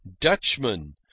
Dutchman